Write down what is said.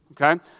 okay